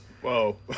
Whoa